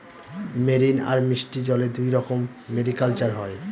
marine আর মিষ্টি জলে দুইরকম মেরিকালচার হয়